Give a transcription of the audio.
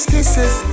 Kisses